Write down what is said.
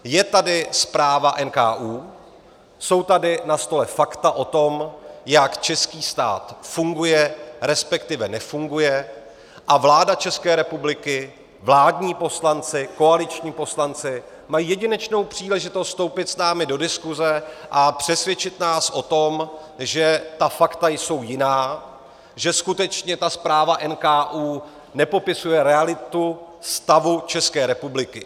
Je tady zpráva NKÚ, jsou tady na stole fakta o tom, jak český stát funguje, respektive nefunguje, a vláda České republiky, vládní poslanci, koaliční poslanci, mají jedinečnou příležitost vstoupit s námi do diskuze a přesvědčit nás o tom, že ta fakta jsou jiná, že skutečně ta zpráva NKÚ nepopisuje realitu stavu České republiky.